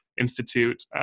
Institute